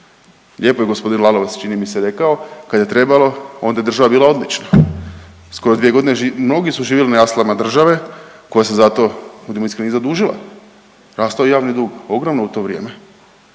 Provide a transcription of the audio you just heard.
Lijepo je gospodin Lalovac čini mi se rekao kad je trebalo onda je država bila odlično. Skoro dvije godine mnogi su živjeli na jaslama države koja se za to budimo iskreno i zadužila. Rastao je javni dug ogromno u to vrijeme,